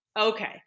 Okay